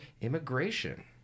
immigration